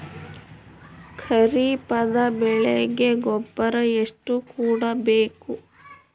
ಖರೀಪದ ಬೆಳೆಗೆ ಗೊಬ್ಬರ ಎಷ್ಟು ಕೂಡಬೇಕು?